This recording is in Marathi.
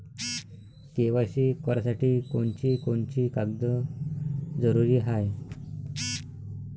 के.वाय.सी करासाठी कोनची कोनची कागद जरुरी हाय?